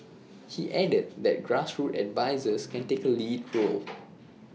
he added that grassroots advisers can take A lead role